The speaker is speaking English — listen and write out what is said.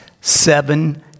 seven